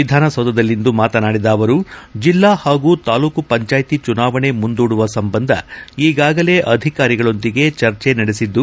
ವಿಧಾನಸೌಧದಲ್ಲಿಂದು ಮಾತನಾಡಿದ ಅವರು ಜಿಲ್ಲಾ ಹಾಗೂ ತಾಲ್ಲೂಕು ಪಂಚಾಯಿತಿ ಚುನಾವಣೆ ಮುಂದೂಡುವ ಸಂಬಂಧ ಈಗಾಗಲೇ ಅಧಿಕಾರಿಗಕೊಂದಿಗೆ ಚರ್ಚೆ ನಡೆಸಿದ್ದು